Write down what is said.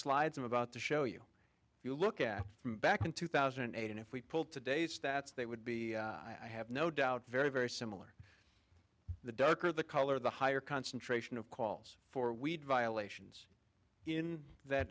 slides i'm about to show you if you look at from back in two thousand and eight and if we pull today's stats they would be i have no doubt very very similar the darker the color the higher concentration of calls for weed violations in that